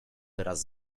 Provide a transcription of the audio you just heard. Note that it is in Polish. teraz